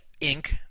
inc